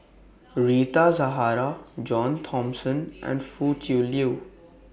Rita Zahara John Thomson and Foo Tui Liew